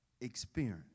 experience